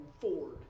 Ford